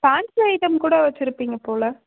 fancy item கூட வச்சுருப்பீங்க போலே